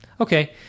Okay